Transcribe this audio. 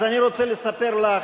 אז אני רוצה לספר לך,